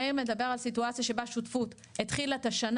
מאיר מדבר על סיטואציה שבה שותפות התחילה את השנה